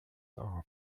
are